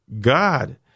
God